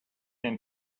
and